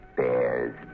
bears